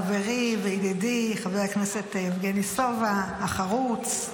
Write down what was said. חברי וידידי חבר הכנסת יבגני סובה החרוץ,